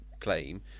claim